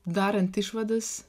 darant išvadas